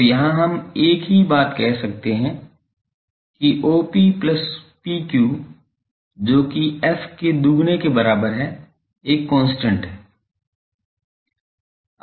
तो यहाँ हम एक ही बात कह सकते हैं कि OP plus PQ जो कि f के दोगुने के बराबर है एक कांस्टेंट है